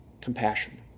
Compassion